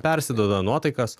persiduoda nuotaikas